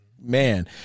man